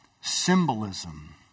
symbolism